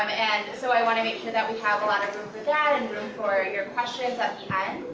um and so i wanna make sure that we have a lot of room for that, and room for your questions at yeah